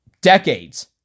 Decades